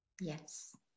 Yes